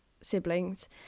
siblings